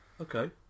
Okay